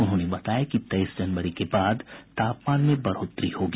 उन्होंने बताया कि तेईस जनवरी के बाद तापमान में बढ़ोतरी होगी